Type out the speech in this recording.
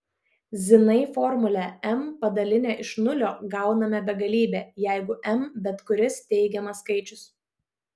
zinai formulę m padalinę iš nulio gauname begalybę jeigu m bet kuris teigiamas skaičius